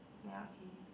ya okay